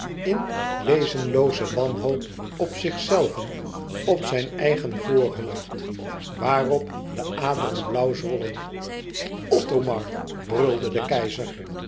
in wezenlooze wanhoop op zichzelven op zijn eigen voorhoofd waarop de aderen blauw zwollen othomar brulde de keizer